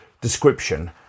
description